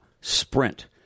sprint